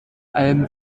allem